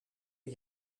een